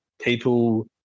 people